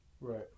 Right